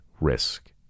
risk